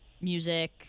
music